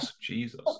jesus